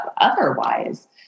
otherwise